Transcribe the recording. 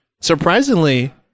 surprisingly